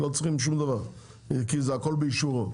הם לא צריכים שום דבר כי זה הכול באישורו.